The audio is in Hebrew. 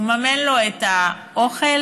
מממן לו את האוכל,